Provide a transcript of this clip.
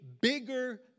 bigger